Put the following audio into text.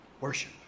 worship